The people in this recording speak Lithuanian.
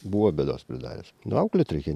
buvo bėdos pridaręs auklėt reikia